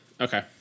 Okay